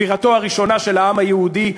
בירתו הראשונה של העם היהודי,